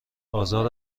آزار